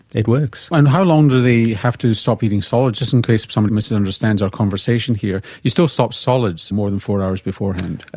it works. and how long do they have to stop eating solids? just in case somebody misunderstands our conversation here, you still stop solids more than four hours beforehand.